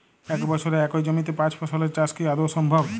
এক বছরে একই জমিতে পাঁচ ফসলের চাষ কি আদৌ সম্ভব?